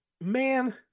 man